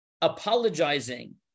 apologizing